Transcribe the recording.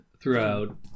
throughout